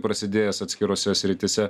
prasidėjęs atskirose srityse